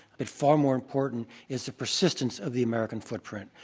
but far more important is the persistence of the american footprint.